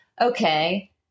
okay